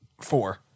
Four